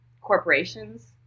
corporations